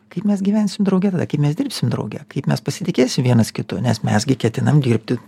kaip mes gyvensim drauge tada kaip mes dirbsim drauge kaip mes pasitikėsim vienas kitu nes mes gi ketinam dirbti